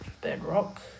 Bedrock